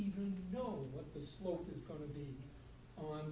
even know what the smoke is going to be